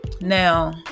Now